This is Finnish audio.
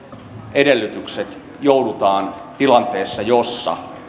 edellytykset heikkenevät tilanteessa jossa